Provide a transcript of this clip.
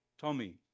Tommy